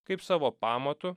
kaip savo pamatu